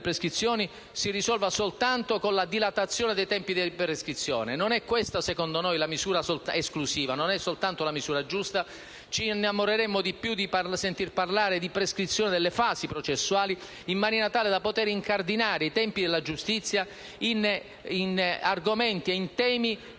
prescrizioni si risolva soltanto con la dilatazione dei tempi di prescrizione. Non è questa, secondo noi, la misura esclusiva, non è la sola misura giusta. Ci innamoreremmo di più di sentir parlare di prescrizione delle fasi processuali, in maniera tale da poter incardinare i tempi della giustizia in argomenti e temi